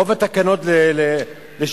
רוב התקנות לשעת-חירום,